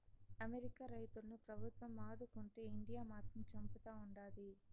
America రైతులను ప్రభుత్వం ఆదుకుంటే ఇండియా మాత్రం చంపుతా ఉండాది